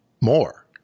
more